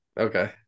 Okay